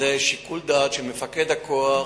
זה שיקול דעת של מפקד הכוח,